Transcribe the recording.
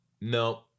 no